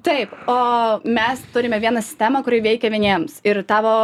taip o mes turime vieną sistemą kuri veikia vieniems ir tavo